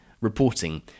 reporting